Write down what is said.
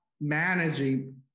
managing